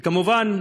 וכמובן,